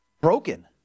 Broken